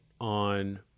on